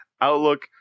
Outlook